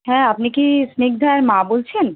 হ্যাঁ আপনি কি স্নিগ্ধার মা বলছেন